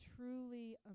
Truly